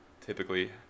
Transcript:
typically